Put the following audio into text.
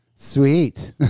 Sweet